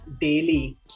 daily